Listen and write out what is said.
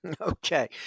Okay